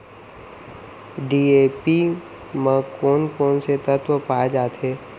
DAP म कोन कोन से तत्व पाए जाथे?